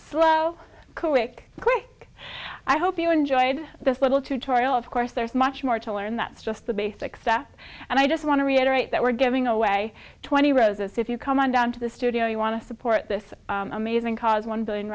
slow quick quick i hope you enjoyed the little tutorial of course there's much more to learn that's just the basic stuff and i just want to reiterate that we're giving away twenty rows as if you come on down to the studio you want to support this amazing cause one billion